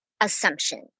assumption